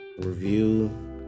review